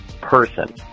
person